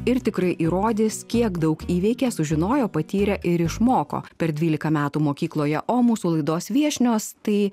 ir tikrai įrodys kiek daug įveikė sužinojo patyrė ir išmoko per dvylika metų mokykloje o mūsų laidos viešnios tai